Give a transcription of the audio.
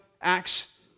Acts